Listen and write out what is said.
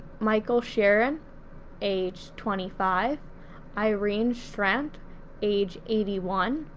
michael shearin age twenty five irene strandt age eighty one,